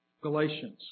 Galatians